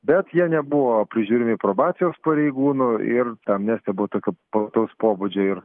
bet jie nebuvo prižiūrimi probacijos pareigūnų ir ta amnestija buvo tokio plataus pobūdžio ir